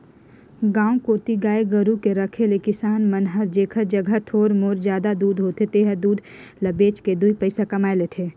गांव कोती गाय गोरु के रखे ले किसान मन हर जेखर जघा थोर मोर जादा दूद होथे तेहर दूद ल बेच के दुइ पइसा कमाए लेथे